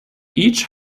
each